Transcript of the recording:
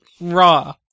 Raw